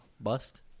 Bust